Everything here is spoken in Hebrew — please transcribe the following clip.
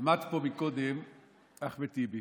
עמד פה קודם אחמד טיבי